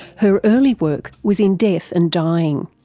her early work was in death and dying,